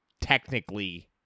technically